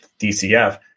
DCF